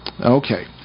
Okay